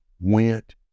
went